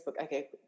Okay